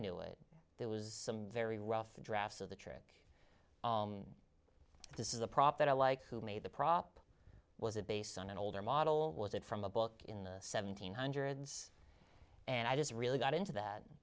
knew it there was some very rough draft of the trick this is a prop that i like who made the prop was it based on an older model was it from a book in the seventeenth hundreds and i just really got into that